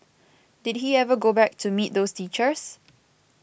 did he ever go back to meet those teachers